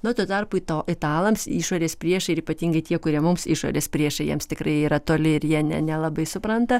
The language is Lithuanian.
nu tuo tarpu ita italams išorės priešai ir ypatingai tie kurie mums išorės priešai jiems tikrai yra toli ir jie ne nelabai supranta